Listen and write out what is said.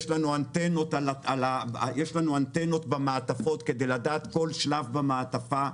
יש לנו אנטנות במעטפות כדי לדעת כל שלב במעטפה.